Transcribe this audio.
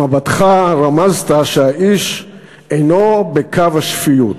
במבטך רמזת שהאיש אינו בקו השפיות.